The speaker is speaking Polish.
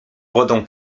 wodą